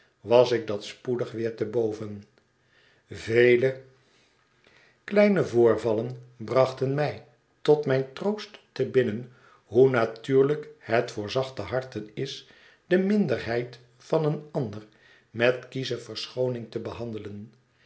was ik dat spoedig weer te boven vele kleine voorvallen brachten mij tot mijn troost te binnen hoe natuurlijk het voor zachte harten is de minderheid van een ander met kiesche verschooning te behandelen